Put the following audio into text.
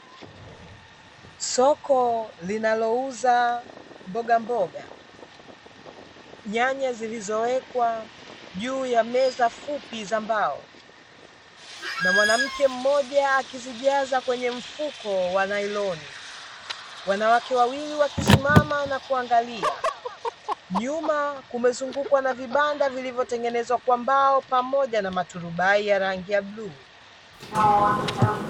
Soko linalo uza mbogamboga, nyanya zilizowekwa juu ya meza fupi za mbao, na mwanamke mmoja akizijaza kwenye mfuko wa nailoni, wanawake wawili wakisimama na kuangalia. Nyuma kumezungukwa na vibanda vilivyotengenezwa kwa mbao, pamoja na matarubai ya rangi ya bluu.